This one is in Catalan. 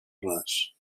les